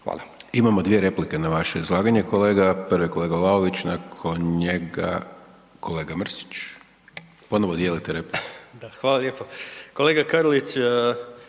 Imamo dvije replike na vaše izlaganje, prvi kolega Vlaović, nakon njega kolega Mrsić. Ponovo dijelite repliku. **Vlaović,